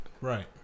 right